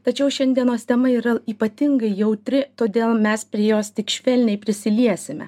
tačiau šiandienos tema yra ypatingai jautri todėl mes prie jos tik švelniai prisiliesime